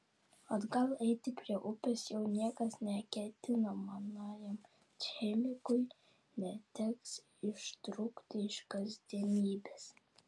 atgal eiti prie upės jau niekas neketino manajam chemikui neteks ištrūkti iš kasdienybės